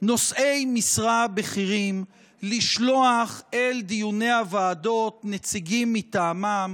לנושאי משרה בכירים לשלוח אל דיוני הוועדות נציגים מטעמם.